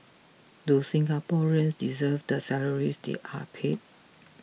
do Singaporeans deserve the salaries they are paid